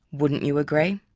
wouldn't you agree?